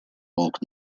folk